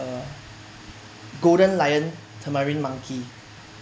the golden lion tamarind monkey